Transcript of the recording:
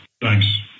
Thanks